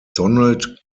donald